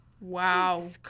wow